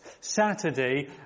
Saturday